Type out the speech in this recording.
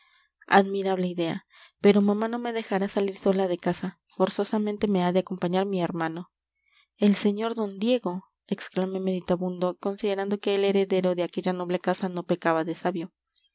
admirable idea pero mamá no me dejará salir sola de casa forzosamente me ha de acompañar mi hermano el sr d diego exclamé meditabundo considerando que el heredero de aquella noble casa no pecaba de sabio